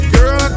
Girl